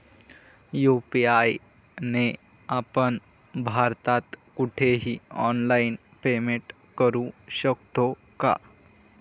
UPI ने आपण भारतात कुठेही ऑनलाईन पेमेंट करु शकतो का?